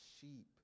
sheep